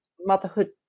motherhood